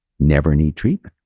never need treatment.